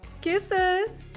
Kisses